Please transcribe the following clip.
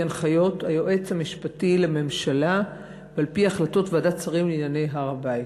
הנחיות היועץ המשפטי לממשלה ועל-פי החלטות ועדת שרים לענייני הר-הבית.